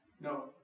No